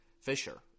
Fisher